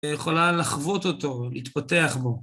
ויכולה לחוות אותו, להתפתח בו.